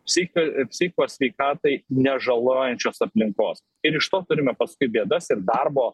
psichi psichikos sveikatai ne žalojančios aplinkos ir iš to turime paskui bėdas ir darbo